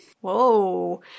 Whoa